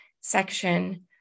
section